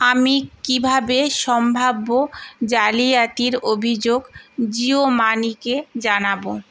আমি কীভাবে সম্ভাব্য জালিয়াতির অভিযোগ জিও মানিকে জানাবো